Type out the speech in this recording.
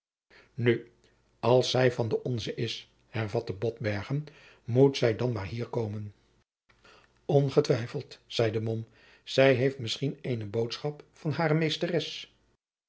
nu als zij van de onze is hervatte botbergen moet zij dan maar hier komen jacob van lennep de pleegzoon ongetwijfeld zeide mom zij heeft misschien eene boodschap van hare meesteres